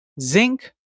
zinc